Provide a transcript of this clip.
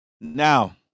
Now